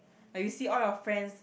like you see all your friends